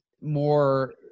more